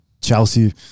Chelsea